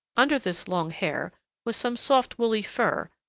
under this long hair was some soft woolly fur,